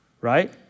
right